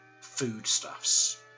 foodstuffs